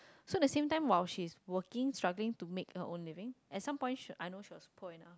so the same time while she is working struggling to make her own living and some point I know she was poor enough